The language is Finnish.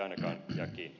arvoisa puhemies